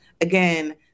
again